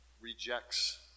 rejects